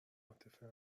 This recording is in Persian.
عاطفه